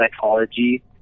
psychology